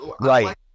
Right